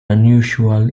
unusual